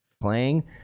Playing